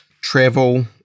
travel